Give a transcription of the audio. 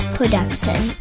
Production